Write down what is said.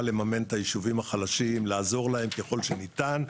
לממן את הישובים החלשים ולעזור להם ככל שניתן,